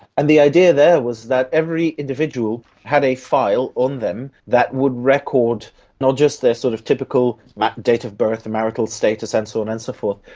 and the idea there was that every individual had a file on them that would record not just their sort of typical date of birth, marital status and so on and so forth,